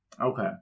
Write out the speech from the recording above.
Okay